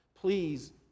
Please